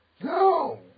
No